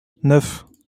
neuf